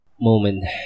moment